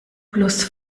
plus